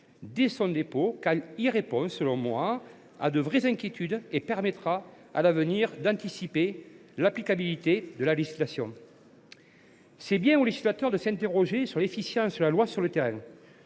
dès son dépôt, parce qu’il répond, selon moi, à de vraies inquiétudes et parce qu’il permettra, à l’avenir, d’anticiper l’applicabilité de la législation. Il revient au législateur de s’interroger sur l’efficience de la loi sur le terrain.